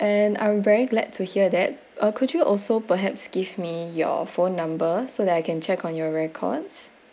and I'm very glad to hear that uh could you also perhaps give me your phone number so that I can check on your records